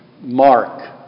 mark